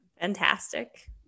Fantastic